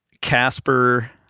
Casper